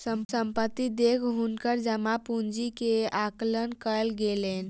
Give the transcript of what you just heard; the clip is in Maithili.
संपत्ति देख हुनकर जमा पूंजी के आकलन कयल गेलैन